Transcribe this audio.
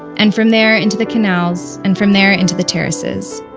and from there into the canals, and from there into the terraces.